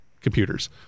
computers